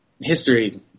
history